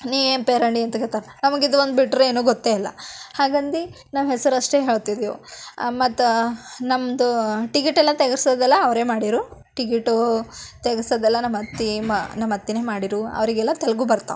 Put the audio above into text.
ನೀನು ಏಮ್ ಪೇರಾಣಿ ಅಂತ ಕೇಳ್ತಾರೆ ನಮಗಿದು ಒಂದು ಬಿಟ್ಟರೆ ಏನೂ ಗೊತ್ತೆ ಇಲ್ಲ ಹಾಗಂದು ನಾವು ಹೆಸ್ರು ಅಷ್ಟೆ ಹೇಳ್ತಿದ್ದೆವು ಮತ್ತು ನಮ್ಮದೂ ಟಿಕೆಟೆಲ್ಲ ತೆಗೆಸೋದೆಲ್ಲ ಅವರೆ ಮಾಡಿದ್ರು ಟಿಕೆಟು ತೆಗೆಸೋದೆಲ್ಲ ನಮ್ಮತ್ತೆ ಮ ನಮ್ಮತ್ತೆನೆ ಮಾಡಿದ್ರು ಅವರಿಗೆಲ್ಲ ತೆಲುಗು ಬರ್ತಾವ